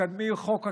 מקדמים חוק אקלים,